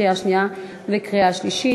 קריאה שנייה וקריאה שלישית.